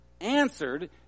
answered